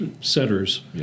centers